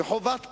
וחובת כולנו,